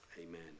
Amen